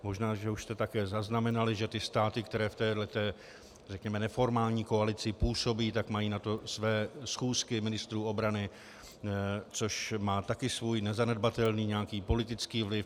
Možná že už jste také zaznamenali, že státy, které v této, řekněme, neformální koalici působí, tak mají na to své schůzky ministrů obrany, což má také svůj nezanedbatelný nějaký politický vliv.